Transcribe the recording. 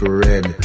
red